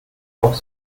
auch